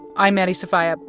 i'm maddie sofia,